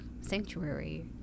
Sanctuary